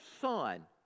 son